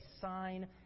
sign